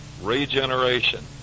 Regeneration